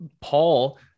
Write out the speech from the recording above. paul